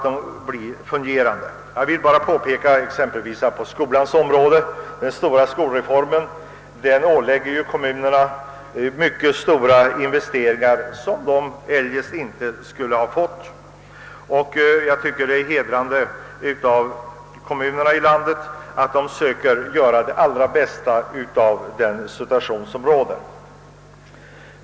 Den stora skolreformen t.ex. ålägger kommunerna mycket stora investeringar som de eljest inte skulle ha behövt göra. Jag tycker det är hedrande för kommunerna att de söker göra det allra bästa av den situation som råder.